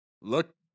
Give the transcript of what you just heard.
Look